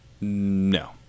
No